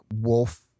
wolf